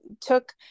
took